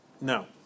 No